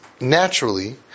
naturally